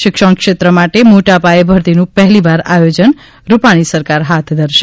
શિક્ષણશ્રેત્ર માટે મોટાપાયે ભરતીનું પહેલીવાર આયોજન રૂપાણી સરકાર હાથ ધરશે